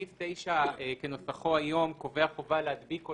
סעיף 9 כנוסחו היום קובע חובה להדביק או